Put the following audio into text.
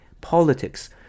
politics